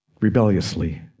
rebelliously